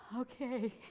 okay